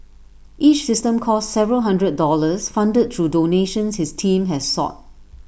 each system costs several hundred dollars funded through donations his team has sought